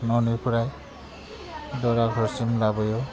न'निफ्राय दराफोरसिम लाबोयो